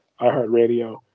iHeartRadio